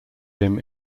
him